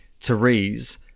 Therese